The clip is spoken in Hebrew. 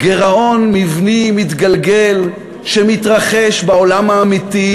גירעון מבני מתגלגל שמתרחש בעולם האמיתי,